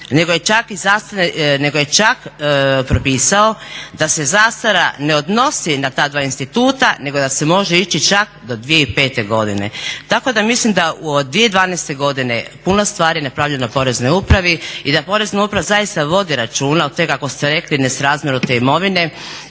nego je čak propisao da se zastara ne odnosi na ta dva instituta, nego da se može ići čak do 2005. godine. Tako da mislim da od 2012. godine puno stvari je napravljeno u Poreznoj upravi i da Porezna uprava zaista vodi računa o tome kako ste rekli nesrazmjeru te imovine